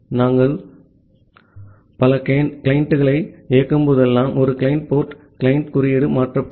நாங்கள் பல கிளையண்டுகளை இயக்கும் போதெல்லாம் ஒரு கிளையன்ட் போர்ட் கிளையன்ட் குறியீடு மாற்றப்படும்